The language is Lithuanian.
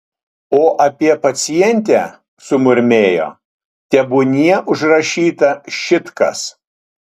o apie pacientę sumurmėjo tebūnie užrašyta šit kas